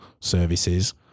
services